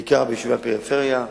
בעיקר ביישובי הפריפריה,